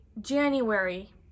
January